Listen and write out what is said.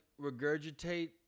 regurgitate